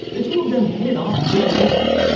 the two of them hit it off pretty quickly,